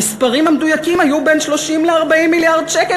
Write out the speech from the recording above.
המספרים המדויקים היו בין 30 ל-40 מיליארד שקל.